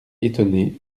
étonné